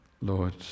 Lord